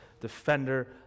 defender